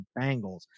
Bengals